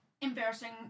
embarrassing